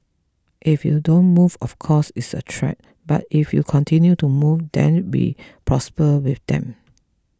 if you don't move of course it's a threat but if you continue to move then we prosper with them